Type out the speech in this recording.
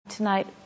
Tonight